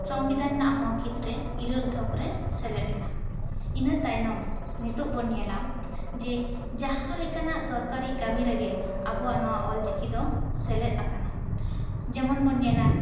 ᱥᱚᱝᱵᱤᱫᱟᱱ ᱨᱮᱱᱟᱜ ᱦᱚᱠ ᱦᱤᱛ ᱨᱮ ᱤᱨᱟᱹᱞ ᱛᱷᱚᱠ ᱨᱮ ᱥᱮᱞᱮᱫ ᱮᱱᱟ ᱤᱱᱟᱹ ᱛᱟᱭᱱᱚᱢ ᱱᱤᱛᱚᱜ ᱵᱚᱱ ᱧᱮᱞᱟᱢ ᱡᱮ ᱡᱟᱦᱟᱸ ᱞᱮᱠᱟᱱᱟᱜ ᱥᱚᱨᱠᱟᱨᱤ ᱠᱟᱹᱢᱤ ᱨᱮ ᱜᱮ ᱟᱵᱚᱣᱟᱜ ᱱᱚᱣᱟ ᱚᱞ ᱪᱤᱠᱤ ᱫᱚ ᱥᱮᱠᱮᱫ ᱟᱠᱟᱱᱟ ᱡᱮᱢᱚᱱ ᱵᱚᱱ ᱧᱮᱞᱟ